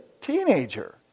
teenager